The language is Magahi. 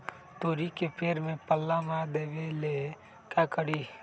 तोड़ी के पेड़ में पल्ला मार देबे ले का करी?